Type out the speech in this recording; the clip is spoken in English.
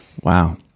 Wow